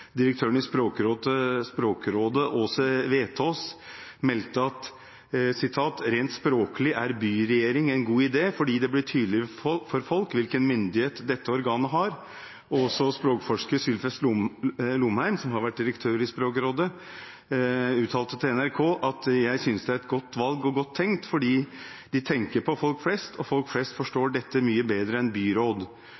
er «byregjering» en god ide fordi det blir tydeligere for folk hvilken myndighet dette organet har.» Også språkforsker Sylfest Lomheim, som har vært direktør i Språkrådet, uttalte til NRK: «Jeg synes det er et godt valg og godt tenkt, fordi de tenker på folk flest, og folk flest